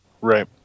Right